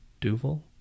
Duval